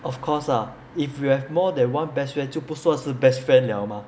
of course lah if you have more than one best friend 就不算是 best friend 了 mah